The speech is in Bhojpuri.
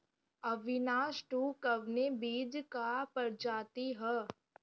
अविनाश टू कवने बीज क प्रजाति ह?